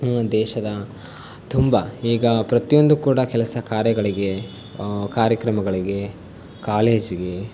ದೇಶದ ತುಂಬ ಈಗ ಪ್ರತಿಯೊಂದು ಕೂಡ ಕೆಲಸ ಕಾರ್ಯಗಳಿಗೆ ಕಾರ್ಯಕ್ರಮಗಳಿಗೆ ಕಾಲೇಜಿಗೆ